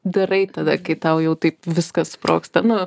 darai tada kai tau jau taip viskas sprogsta nu